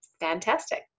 fantastic